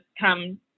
come